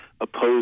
oppose